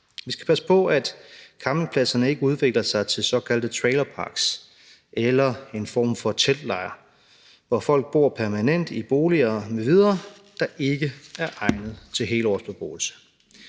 Vi skal passe på, at campingpladserne ikke udvikler sig til såkaldte trailerparks eller en form for teltlejr, hvor folk bor permanent i boliger m.v., der ikke er egnet til helårsbeboelse.